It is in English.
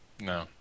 No